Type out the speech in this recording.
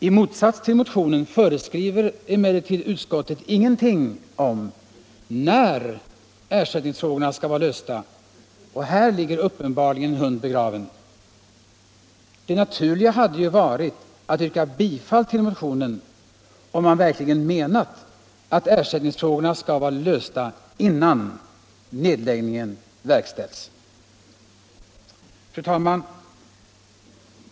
I motsats till motionen föreskriver emellertid utskottet ingenting om när ersättningsfrågorna skall vara lösta, och här ligger uppenbarligen en hund begraven. Det naturliga hade ju varit att yrka bifall till motionen, om man verkligen menat att ersättningsfrågorna skall vara lösta innan nedläggningen verkställs. Fru talman!